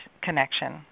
connection